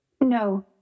No